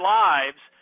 lives